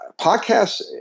Podcasts